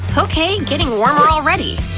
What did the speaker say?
ah okay, getting warmer already.